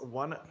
one